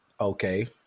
Okay